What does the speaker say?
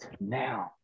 now